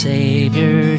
Savior